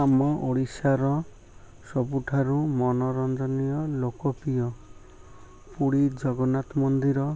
ଆମ ଓଡ଼ିଶାର ସବୁଠାରୁ ମନୋରଞ୍ଜନୀୟ ଲୋକପ୍ରିୟ ପୁରୀ ଜଗନ୍ନାଥ ମନ୍ଦିର